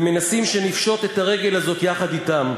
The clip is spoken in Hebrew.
ומנסים שנפשוט את הרגל הזאת יחד אתם.